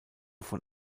von